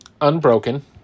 unbroken